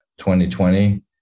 2020